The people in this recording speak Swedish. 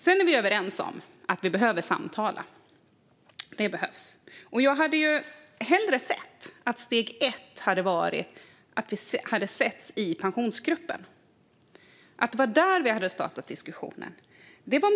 Vi är överens om att vi behöver samtala. Det behövs. Jag hade hellre sett att steg ett hade varit att vi i Pensionsgruppen hade setts och att det var där diskussionen hade startat.